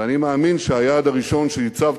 ואני מאמין שהיעד הראשון שהצבתי,